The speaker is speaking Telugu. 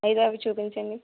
అయితే అవి చూపించండి